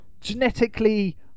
genetically